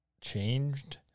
changed